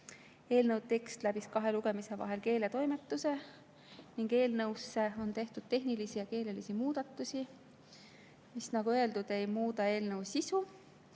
Eelnõu tekst läbis kahe lugemise vahel keeletoimetuse ning eelnõusse on tehtud tehnilisi ja keelelisi muudatusi, mis, nagu öeldud, ei muuda eelnõu sisu.